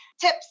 Tips